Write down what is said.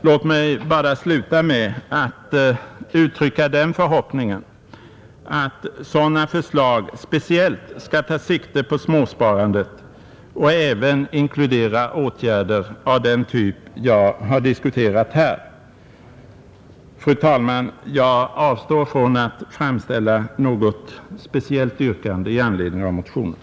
Låt mig sluta med att uttrycka den förhoppningen att sådana förslag speciellt skall ta sikte på småsparandet och även inkludera åtgärder av den typ jag har diskuterat här, Fru talman! Jag avstår från att framställa något särskilt yrkande med anledning av motionen,